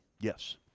Yes